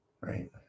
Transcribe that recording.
right